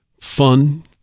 fun